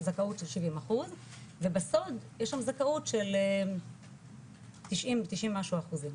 זכאות 70% ובסולד יש שם זכאות של 90 ומשהו אחוזים.